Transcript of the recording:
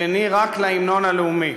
שני רק להמנון הלאומי: